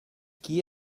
qui